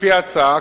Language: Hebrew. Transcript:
על-פי ההצעה,